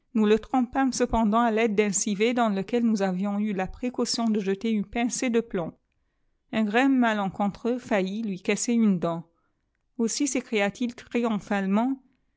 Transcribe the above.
nous le trompâmes cependant à l'aide d'eti tié dans lequel nous avions eu la précaution de jeter une pincée de plomb un grain malencontreux faillit lui casser une dçnf tossi sécria il triomphalement